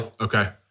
okay